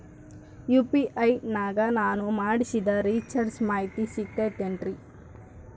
UPI ನಾಗ ನಾನು ಮಾಡಿಸಿದ ರಿಚಾರ್ಜ್ ಮಾಹಿತಿ ಸಿಗುತೈತೇನ್ರಿ?